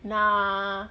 nah